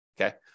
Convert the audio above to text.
Okay